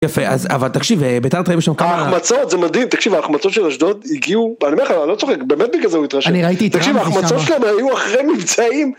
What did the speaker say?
יפה אז אבל תקשיב בינתיים יש לנו כמה החמצות זה מדהים תקשיב ההחמצות של אשדוד הגיעו ואני אומר לך אני לא צוחק באמת בגלל זה הוא התרשם תקשיב ההחמצות שלהם היו אחרי מבצעים.